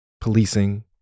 policing